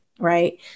Right